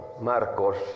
Marcos